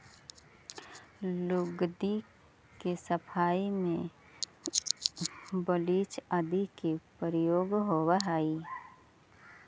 लुगदी के सफाई में ब्लीच आदि के प्रयोग होवऽ हई